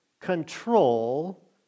control